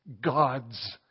God's